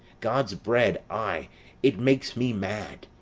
god's bread i it makes me mad.